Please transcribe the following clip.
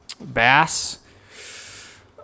Bass